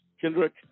Kendrick